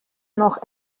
noch